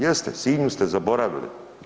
Jeste, Sinju ste zaboravili.